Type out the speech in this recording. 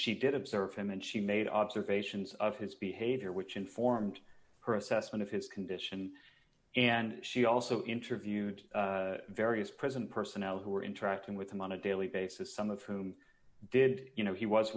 she did observe him and she made observations of his behavior which informed her assessment of his condition and she also interviewed various present personnel who were interacting with him on a daily basis some of whom did you know he was